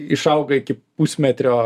išauga iki pusmetrio